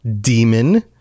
demon